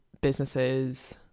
businesses